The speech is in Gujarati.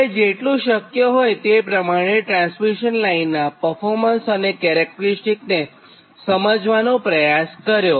આપણે જેટલું શક્ય હોય તે પ્રમાણે ટ્રાન્સમિશન લાઇનનાં પરફોર્મન્સ અને કેરેક્ટીરીસ્ટીક્સને સમજવાનો પ્રયાસ કર્યો